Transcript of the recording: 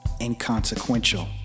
inconsequential